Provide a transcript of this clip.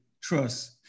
trust